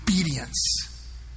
obedience